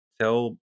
tell